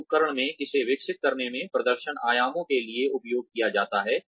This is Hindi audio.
इस उपकरण में इसे विकसित करने प्रदर्शन आयामों के लिए उपयोग किया जाता है